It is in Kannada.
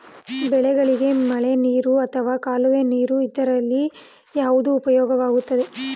ಬೆಳೆಗಳಿಗೆ ಮಳೆನೀರು ಅಥವಾ ಕಾಲುವೆ ನೀರು ಇದರಲ್ಲಿ ಯಾವುದು ಉಪಯುಕ್ತವಾಗುತ್ತದೆ?